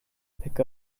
pick